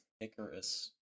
Icarus